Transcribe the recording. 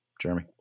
Jeremy